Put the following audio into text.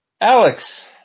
Alex